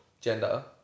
gender